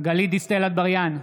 גלית דיסטל אטבריאן,